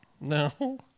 No